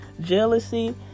jealousy